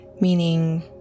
meaning